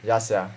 ya sia